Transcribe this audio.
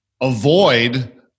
avoid